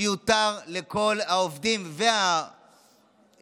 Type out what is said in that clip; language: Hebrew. שיותר לכל העובדים והאחים,